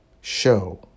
show